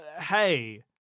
Hey